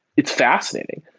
it's fascinating.